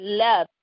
love